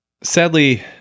sadly